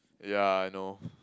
yeah I know